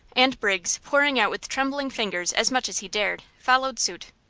and briggs, pouring out with trembling fingers as much as he dared, followed suit.